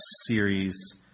series